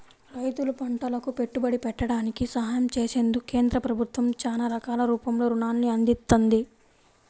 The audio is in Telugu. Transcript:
రైతులు పంటలకు పెట్టుబడి పెట్టడానికి సహాయం చేసేందుకు కేంద్ర ప్రభుత్వం చానా రకాల రూపంలో రుణాల్ని అందిత్తంది